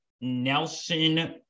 Nelson